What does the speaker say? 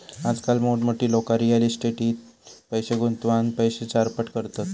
आजकाल मोठमोठी लोका रियल इस्टेटीट पैशे गुंतवान पैशे चारपट करतत